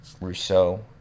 Rousseau